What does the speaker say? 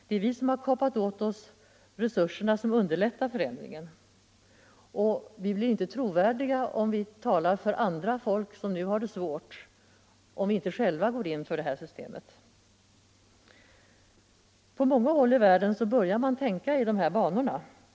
Det är vi som har kapat åt oss resurserna som underlättar förändringen. Och vi blir inte trovärdiga, när vi talar för andra folk som nu har det svårt, om vi inte själva går in för det systemet. På många håll i världen börjar man tänka i de här banorna.